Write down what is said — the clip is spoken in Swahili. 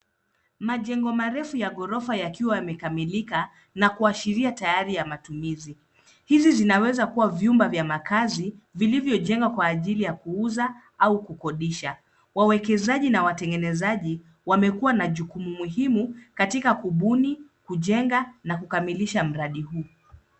Majengo marefu ya ghorofa yakiwa yamekamilika na kuashiria tayari ya matumizi. Hizi zinaweza kuwa vyumba vya makazi vilivyojengwa kwa ajili ya kuuza au kukodisha. Wawekezaji na watengenezaji wamekua na jukumu muhimu katika kubuni, kujenga na kukamilisha mradi huu.